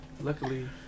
luckily